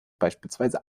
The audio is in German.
beispielsweise